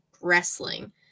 wrestling